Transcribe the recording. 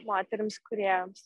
moterims kūrėjoms